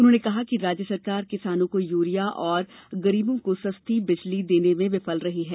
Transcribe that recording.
उन्होंने कहा कि राज्य सरकार किसानों को यूरिया और गरीबों को सस्ती बिजली देने में विफल रही है